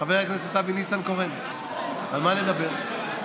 חבר הכנסת אבי ניסנקורן, על מה נדבר?